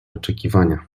oczekiwania